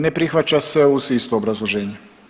Ne prihvaća se uz isto obrazloženje.